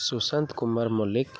Sushant Kumar Mallick